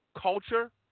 culture